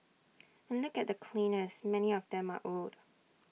and look at the cleaners many of them are old